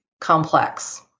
complex